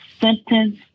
sentence